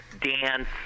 dance